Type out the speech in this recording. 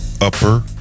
Upper